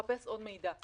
לחפש עוד מידע.